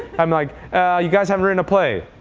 i'm like you guys, i've written a play.